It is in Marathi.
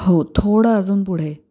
हो थोडं अजून पुढे